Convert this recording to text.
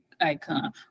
icon